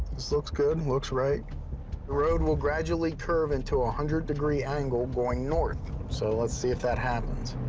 this looks good. and looks right. the road will gradually curve into a one hundred degree angle going north. so let's see if that happens.